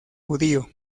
judío